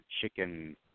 Chicken